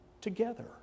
together